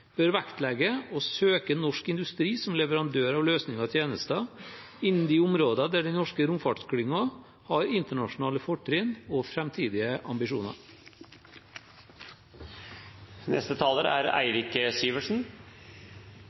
bør vektlegge å søke norsk industri som leverandør av løsninger og tjenester innen de områdene der den norske romfartsklyngen har internasjonale fortrinn og framtidige ambisjoner. Nordområdene er